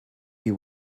you